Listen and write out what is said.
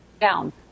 down